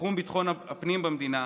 בתחום ביטחון הפנים במדינה,